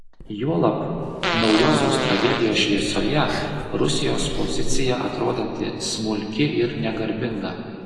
juolab naujosios tragedijos šviesoje rusijos pozicija atrodanti smulki ir negarbinga